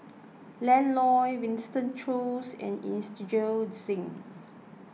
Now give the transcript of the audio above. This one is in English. Ian Loy Winston Choos and Inderjit Singh